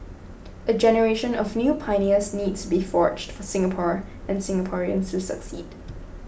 a generation of new pioneers needs to be forged for Singapore and Singaporeans to succeed